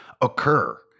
occur